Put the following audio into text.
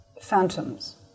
phantoms